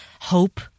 hope